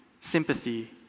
sympathy